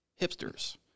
hipsters